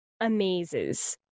amazes